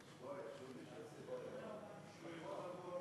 ההצעה להעביר